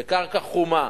בקרקע חומה,